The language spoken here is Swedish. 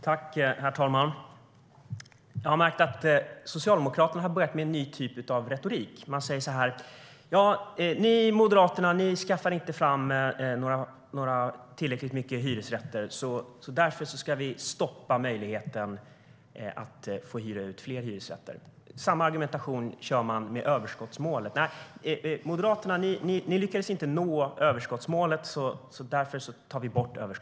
Herr talman! Jag har märkt att Socialdemokraterna börjat med en ny typ av retorik. De säger: Ni moderater skaffar inte fram tillräckligt många hyresrätter. Därför ska vi stoppa möjligheten att hyra ut fler lägenheter. Samma argumentation kör de med i fråga om överskottsmålet: Ni moderater lyckades inte nå överskottsmålet. Därför tar vi bort det.